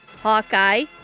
Hawkeye